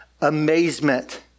amazement